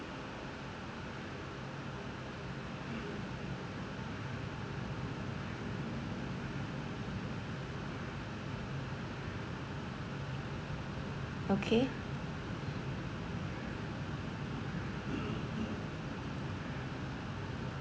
okay